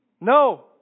No